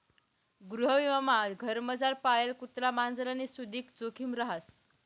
गृहविमामा घरमझार पाळेल कुत्रा मांजरनी सुदीक जोखिम रहास